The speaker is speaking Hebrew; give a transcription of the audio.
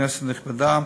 כנסת נכבדה,